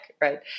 right